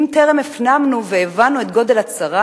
אם טרם הפנמנו והבנו את גודל הצרה,